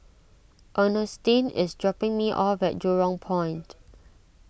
Ernestine is dropping me off at Jurong Point